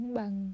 bằng